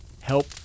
help